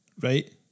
Right